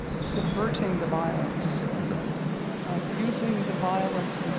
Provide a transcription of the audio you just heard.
subverting the violence, using the violence, like